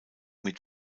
mit